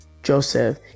Joseph